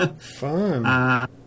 Fun